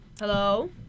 Hello